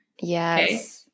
yes